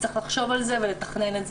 צריך לחשוב ולתכנן את זה.